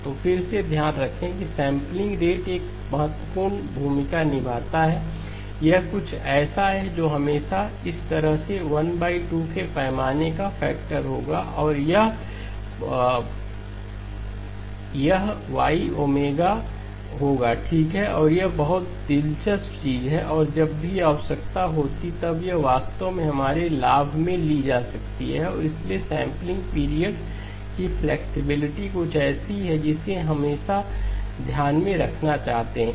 तो फिर से ध्यान रखें कि सैंपलिंग रेट एक महत्वपूर्ण भूमिका निभाता है यह कुछ ऐसा है जो हमेशा इस तरह से 12 के पैमाने का फैक्टर होगा और यह ¿Y r jΩ∨¿ होगा ठीक है और यह कुछ बहुत दिलचस्प चीज है और जब भी आवश्यकता होती है तब और ये वास्तव में हमारे लाभ में ली जा सकती हैं और इसलिए सैंपलिंग पीरियड की फ्लैक्सिबिलिटी कुछ ऐसी है जिसे हम हमेशा ध्यान में रखना चाहते हैं